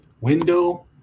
Window